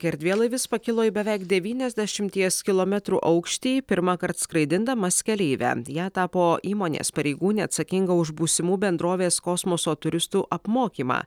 erdvėlaivis pakilo į beveik devyniasdešimties kilometrų aukštį pirmąkart skraidindamas keleivę ja tapo įmonės pareigūnė atsakinga už būsimų bendrovės kosmoso turistų apmokymą